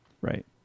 Right